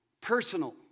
personal